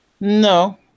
No